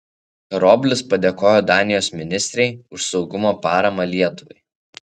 karoblis padėkojo danijos ministrei už saugumo paramą lietuvai